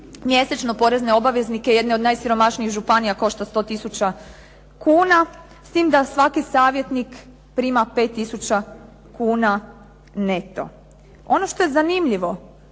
mjesečno porezne obveznike jedne od najsiromašnijih županija košta 100000 kuna, s tim da svaki savjetnik prima 5000 kuna neto. Ono što je zanimljivo